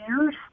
years